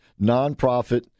nonprofit